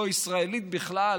לא ישראלית בכלל,